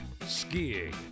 skiing